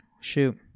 Shoot